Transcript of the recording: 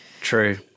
True